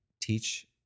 teach